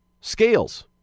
Scales